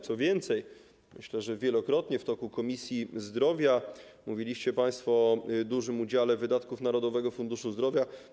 Co więcej, myślę, że wielokrotnie w toku prac Komisji Zdrowia mówiliście państwo o dużym udziale wydatków Narodowego Funduszu Zdrowia.